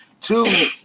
Two